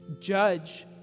Judge